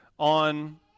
On